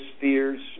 fears